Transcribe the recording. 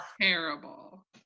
Terrible